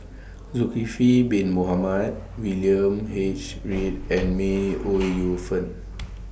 Zulkifli Bin Mohamed William H Read and May Ooi Yu Fen